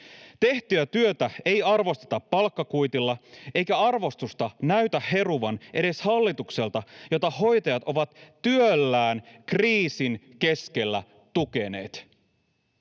Tehtyä työtä ei arvosteta palkkakuitilla, eikä arvostusta näytä heruvan edes hallitukselta, jota hoitajat ovat työllään kriisin keskellä tukeneet.